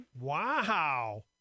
Wow